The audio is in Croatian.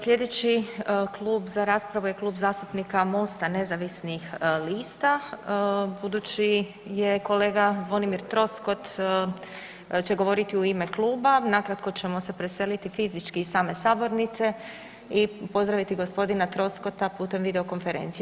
Slijedeći klub za raspravu je Klub zastupnika MOST-a nezavisnih lista, budući je kolega Zvonimir Troskot će govoriti u ime kluba nakratko ćemo se preseliti fizički iz same sabornice i pozdraviti gospodina Troskota putem video konferencije.